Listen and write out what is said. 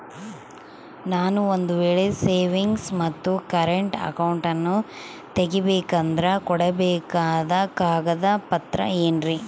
ನಾನು ಒಂದು ವೇಳೆ ಸೇವಿಂಗ್ಸ್ ಮತ್ತ ಕರೆಂಟ್ ಅಕೌಂಟನ್ನ ತೆಗಿಸಬೇಕಂದರ ಕೊಡಬೇಕಾದ ಕಾಗದ ಪತ್ರ ಏನ್ರಿ?